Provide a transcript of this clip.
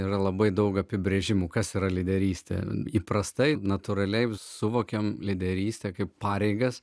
yra labai daug apibrėžimų kas yra lyderystė įprastai natūraliai suvokėme lyderystė kaip pareigas